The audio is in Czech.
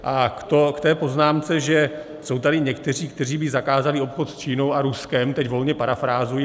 A k té poznámce, že jsou tady někteří, kteří by zakázali obchod s Čínou a Ruskem, teď volně parafrázuji.